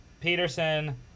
Peterson